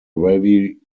very